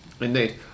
Indeed